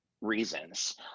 reasons